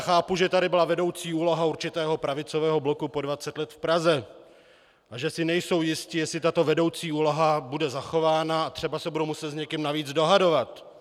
Chápu, že tady byla vedoucí úloha určitého pravicového bloku po dvacet let v Praze a že si nejsou jisti, jestli tato vedoucí úloha bude zachována, a třeba se budou muset s někým navíc dohadovat.